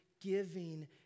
giving